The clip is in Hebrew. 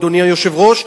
אדוני היושב-ראש.